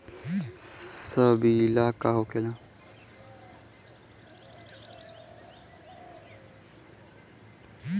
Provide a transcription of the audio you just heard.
सीबील का होखेला?